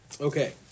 Okay